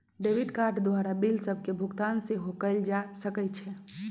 debit card द्वारा bill सभके भुगतान सेहो कएल जा सकइ छै